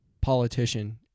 politician